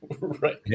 Right